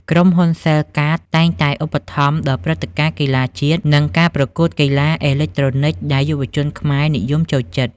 ក្រុមហ៊ុន សែលកាត (Cellcard) តែងតែឧបត្ថម្ភដល់ព្រឹត្តិការណ៍កីឡាជាតិ និងការប្រកួតកីឡាអេឡិចត្រូនិកដែលយុវជនខ្មែរនិយមចូលចិត្ត។